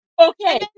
Okay